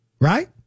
right